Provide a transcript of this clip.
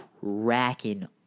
racking